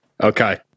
Okay